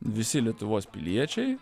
visi lietuvos piliečiai